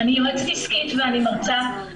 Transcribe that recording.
אני יועצת עסקית ואני מרצה.